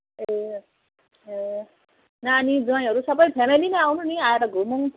ए अँ ए नानी ज्वाइँहरू सबै फ्यामिली आउनु नि आएर घुमौँ